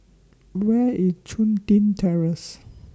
Where IS Chun Tin Terrace